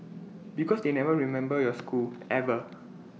because they never remember your school ever